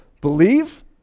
Believe